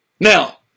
Now